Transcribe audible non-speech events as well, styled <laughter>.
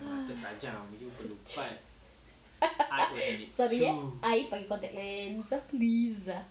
<breath> <laughs> sorry ah I pakai contact lens please